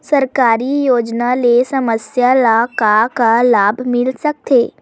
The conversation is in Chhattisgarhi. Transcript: सरकारी योजना ले समस्या ल का का लाभ मिल सकते?